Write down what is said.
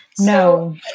No